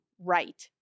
right